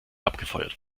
abgefeuert